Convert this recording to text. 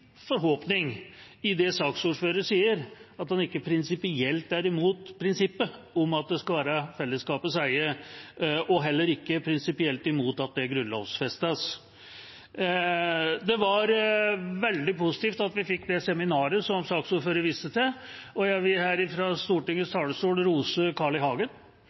forhåpning i at saksordføreren sier at han ikke er prinsipielt imot at den skal være i fellesskapets eie, og heller ikke prinsipielt imot at det grunnlovfestes. Det var veldig positivt at vi fikk det seminaret som saksordføreren viste til. Jeg vil her fra Stortingets talerstol rose representanten Carl I. Hagen,